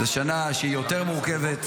זו שנה שהיא יותר מורכבת,